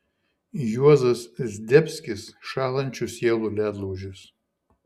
juozas zdebskis šąlančių sielų ledlaužis